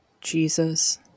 Jesus